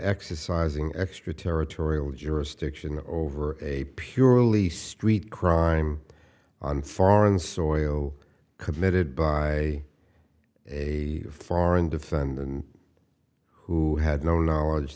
exercising extraterritorial jurisdiction over a purely street crime on foreign soil committed by a foreign defendant who had no knowledge